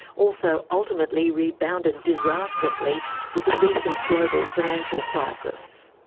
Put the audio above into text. also ultimately rebounded disastrously with the recent global financial crisis.